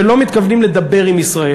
ולא מתכוונים לדבר עם ישראל.